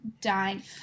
dying